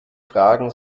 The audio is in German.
fragen